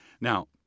Now